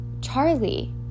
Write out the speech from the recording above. Charlie